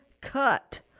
cut